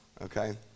Okay